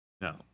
No